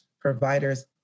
providers